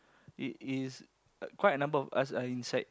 it is quite a number of us are inside